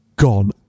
gone